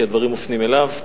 כי הדברים מופנים אליו.